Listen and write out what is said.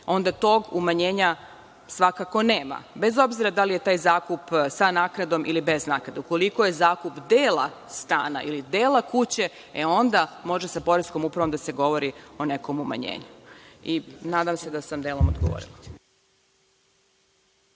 onda tog umanjenja svakako nema bez obzira da li je taj zakup sa naknadom ili bez naknade. Ukoliko je zakup dela stana ili dela kuće, e onda može sa poreskom upravnom da se govori o nekom umanjenju. Nadam se da sam delom odgovorila.